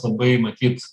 labai matyt